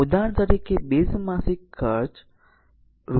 ઉદાહરણ તરીકે બેઝ માસિક ચાર્જ રૂ